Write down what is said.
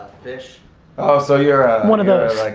phish. oh so you're a one of those. like